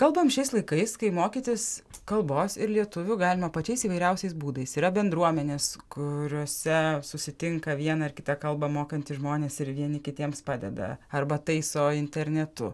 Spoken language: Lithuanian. kalbam šiais laikais kai mokytis kalbos ir lietuvių galima pačiais įvairiausiais būdais yra bendruomenės kuriose susitinka vieną ar kitą kalbą mokantys žmonės ir vieni kitiems padeda arba taiso internetu